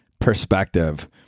perspective